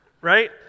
Right